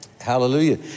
Hallelujah